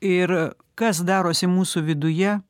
ir kas darosi mūsų viduje